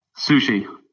Sushi